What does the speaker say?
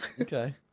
Okay